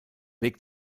weg